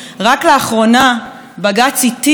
רק לאחרונה בג"ץ התיר,